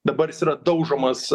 dabar jis yra daužomas